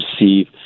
receive